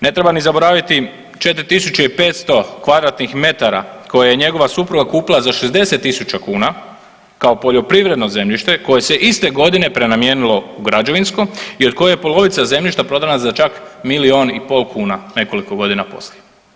Ne treba ni zaboraviti 4 500 kvadratnih metara koje je njegova supruga kupila za 60 tisuća kuna kao poljoprivredno zemljište koje se iste godine prenamijenilo u građevinsko i od koje je polovica zemljišta prodana za čak milijun i pol kuna, nekoliko godina poslije.